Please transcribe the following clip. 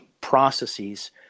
processes